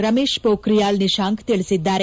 ರಮೇಶ್ ಪೋಬ್ರಿಯಾಲ್ ನಿಶಾಂಕ್ ತಿಳಿಸಿದ್ದಾರೆ